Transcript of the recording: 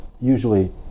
usually